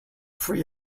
free